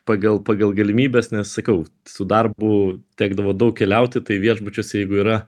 pagal pagal galimybes nes sakau su darbu tekdavo daug keliauti tai viešbučiuose jeigu yra